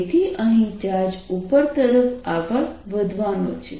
તેથી અહીં ચાર્જ ઉપર તરફ આગળ વધવાનો છે